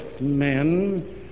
men